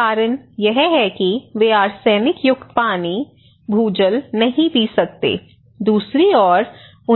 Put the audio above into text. कारण यह है कि वे आर्सेनिक युक्त पानी भूजल नहीं पी सकते दूसरी ओर